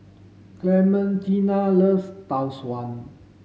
Clementina loves Tau Suan